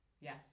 Yes